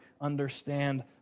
understand